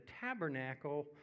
tabernacle